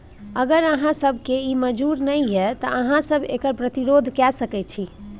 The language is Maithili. अगर अहाँ सभकेँ ई मजूर नहि यै तँ अहाँ सभ एकर प्रतिरोध कए सकैत छी